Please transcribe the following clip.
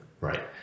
right